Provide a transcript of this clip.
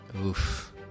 Oof